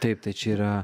taip tai čia yra